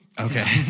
Okay